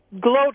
gloat